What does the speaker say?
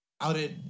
outed